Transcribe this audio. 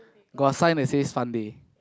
got a sign that says fun day